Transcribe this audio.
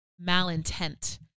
malintent